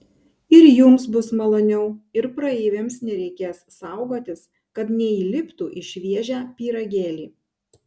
ir jums bus maloniau ir praeiviams nereikės saugotis kad neįliptų į šviežią pyragėlį